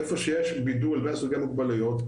איפה שיש בידול בין סוגי מוגבלויות,